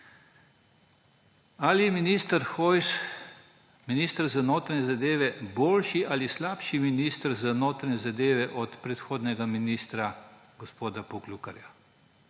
Hojs, minister za notranje zadeve, boljši ali slabši minister za notranje zadeve od predhodnega ministra gospoda Poklukarja?